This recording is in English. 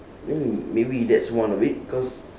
oh maybe that's one of it cause